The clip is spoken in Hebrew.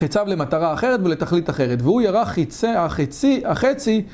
חיצב למטרה אחרת ולתכלית אחרת והוא יראה חצי